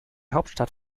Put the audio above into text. hauptstadt